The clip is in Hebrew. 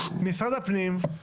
משרד הפנים,